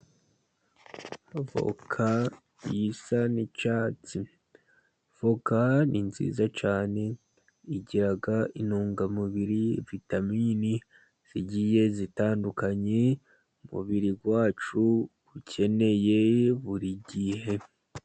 Avoka isa n' icyatsi: Avoka ni nziza cyane igira intungamubiri, vitaminini zigiye zitandukanye umubiri wacu ukeneye burigihe.